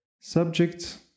subject